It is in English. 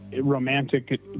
romantic